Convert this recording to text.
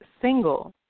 single